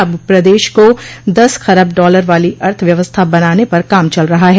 अब प्रदेश को दस खरब डॉलर वाली अर्थव्यवस्था बनाने पर काम चल रहा है